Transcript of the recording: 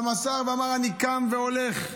אבל מסר ואמר: אני קם והולך.